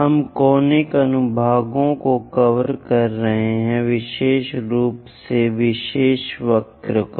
हम कॉनिक अनुभागों को कवर कर रहे हैं विशेष रूप से विशेष वक्र पर